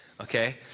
okay